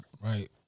Right